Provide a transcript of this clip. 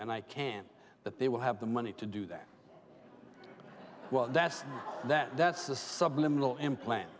and i can that they will have the money to do that well that's that that's the subliminal implant